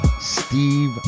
Steve